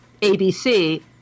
ABC